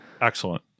Excellent